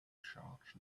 charge